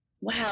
wow